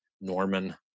Norman